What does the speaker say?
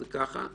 זה ככה.